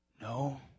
No